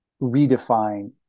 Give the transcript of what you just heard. redefine